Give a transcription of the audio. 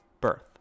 birth